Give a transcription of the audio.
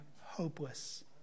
hopeless